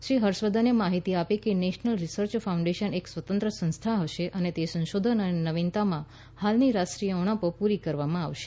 શ્રી હર્ષવર્ધને માહિતી આપી કે નેશનલ રિસર્ચ ફાઉન્ડેશન એક સ્વતંત્ર સંસ્થા હશે અને તે સંશોધન અને નવીનતામાં ફાલની રાષ્ટ્રીય ઉણપો પૂરી કરવામાં આવશે